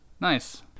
Nice